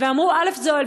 ואמרו "אל"ף זה אוהל",